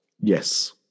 Yes